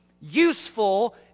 useful